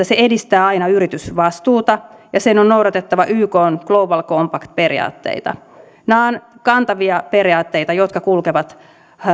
se edistää aina yritysvastuuta ja sen on noudatettava ykn global compact periaatteita nämä ovat kantavia periaatteita jotka kulkevat